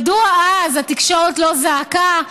מדוע אז התקשורת לא זעקה?